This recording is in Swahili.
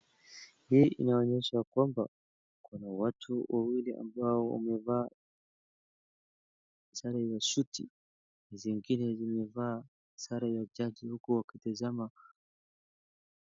Hii inaonyesha kwamba kuna watu wawili ambao wamevaa sare ya suti, wengine wamevaa sare ya jaji huku wakitazama.